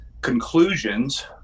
conclusions